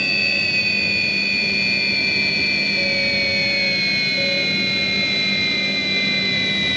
the